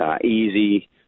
easy